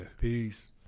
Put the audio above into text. Peace